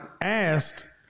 asked